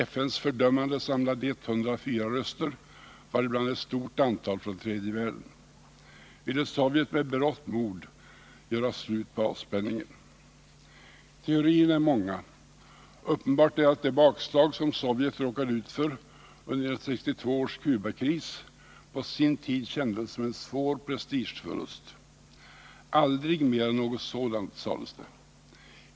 FN:s fördömande samlade 104 röster, varibland ett stort antal från tredje världen. Ville Sovjet med berått mod göra slut på avspänningen? Teorierna är många. Uppenbart är att det bakslag som Sovjet råkade ut för under 1962 års Cubakris på sin tid kändes som en svår prestigeförlust. Aldrig mera något sådant, sades det.